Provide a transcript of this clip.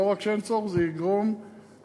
ולא רק שאין צורך, זה יגרום נזק.